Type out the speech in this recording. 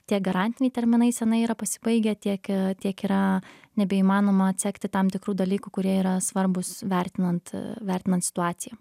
tiek garantiniai terminai senai yra pasibaigę tiek tiek yra nebeįmanoma atsekti tam tikrų dalykų kurie yra svarbūs vertinant vertinant situaciją